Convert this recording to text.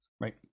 right